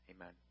Amen